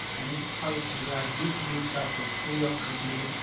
and this is how you can drive b two b traffic to your company.